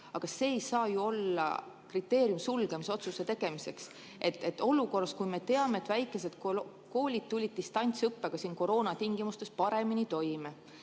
aga see ei saa ju olla kriteerium sulgemisotsuse tegemiseks. Me teame, et väikesed koolid tulid distantsõppega koroonatingimustes paremini toime.